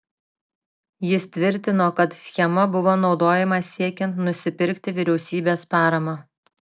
jis tvirtino kad schema buvo naudojama siekiant nusipirkti vyriausybės paramą